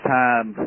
time